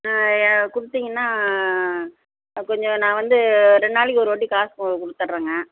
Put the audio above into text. யா கொடுத்தீங்கன்னா கொஞ்சம் நான் வந்து ரெண்டு நாளைக்கு ஒரு வாட்டி காசு போ கொடுத்தர்றங்க